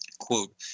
Quote